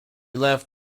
left